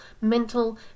mental